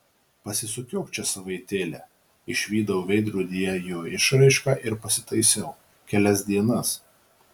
pasisukiok čia savaitėlę išvydau veidrodyje jo išraišką ir pasitaisiau kelias dienas